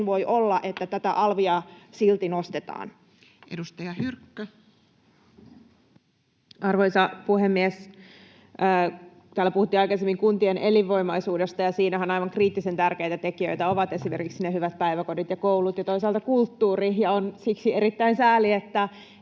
koputtaa] että tätä alvia silti nostetaan? Edustaja Hyrkkö. Arvoisa puhemies! Täällä puhuttiin aikaisemmin kuntien elinvoimaisuudesta, ja siinähän aivan kriittisen tärkeitä tekijöitä ovat esimerkiksi hyvät päiväkodit ja koulut ja toisaalta kulttuuri. On siksi erittäin sääli, että